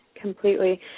completely